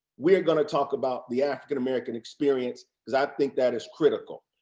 we're going to talk about the african-american experience because i think that is critical.